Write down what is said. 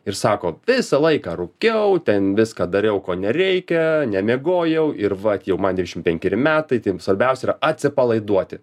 ir sako visą laiką rūkiau ten viską dariau ko nereikia nemiegojau ir vat jau man trisdešim penkeri metai tai jum svarbiausia yra atsipalaiduoti